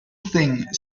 thing